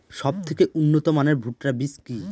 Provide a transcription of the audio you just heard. সবথেকে উন্নত মানের ভুট্টা বীজ কি?